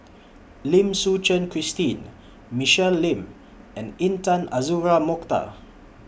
Lim Suchen Christine Michelle Lim and Intan Azura Mokhtar